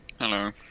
Hello